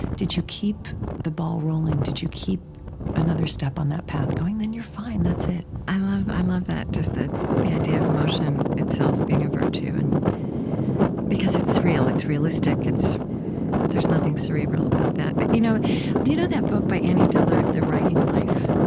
did you keep the ball rolling? did you keep another step on that path going? then you're fine. that's it i love i love that, just the the idea of motion itself being a virtue, and because it's real. it's realistic. it's there's nothing cerebral about that. but do you know you know that book by annie dillard, the writing life?